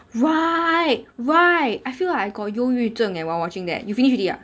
right right I feel like I got 忧郁症 eh while watching that you finish already ah